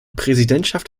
präsidentschaft